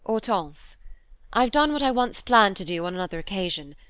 hortense i've done what i once planned to do on another occasion.